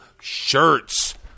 shirts